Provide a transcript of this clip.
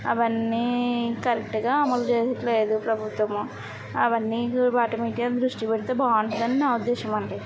అవన్నీ కరెక్ట్గా అమలు చేయట్లేదు ప్రభుత్వము అవన్నీ వాటిమీద దృష్టి పెడితే బాగుంటుందని నా ఉద్దేశమండీ